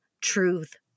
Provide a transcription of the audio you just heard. truth